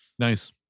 Nice